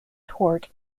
tort